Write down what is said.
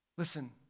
Listen